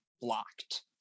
blocked